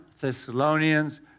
Thessalonians